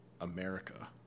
America